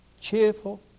Cheerful